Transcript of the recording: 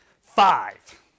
five